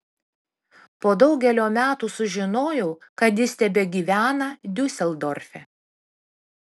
po daugelio metų sužinojau kad jis tebegyvena diuseldorfe